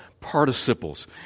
participles